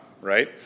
Right